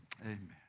Amen